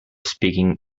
speaking